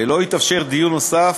ולא יתאפשר דיון נוסף